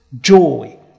joy